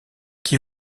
qui